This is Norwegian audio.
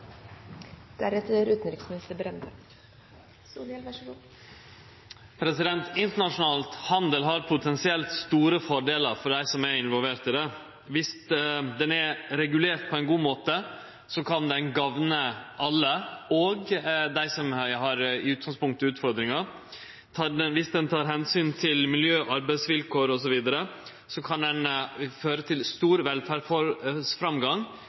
potensielt store fordelar for dei som er involverte i han. Dersom han er regulert på ein god måte, kan han gagne alle, òg dei som i utgangspunktet har utfordringar. Dersom ein tek omsyn til miljø, arbeidsvilkår osv., kan han føre til stor velferdsframgang, utan for